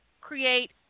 create